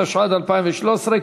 התשע"ד 2013,